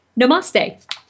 Namaste